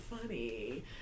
funny